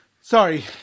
Sorry